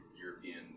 European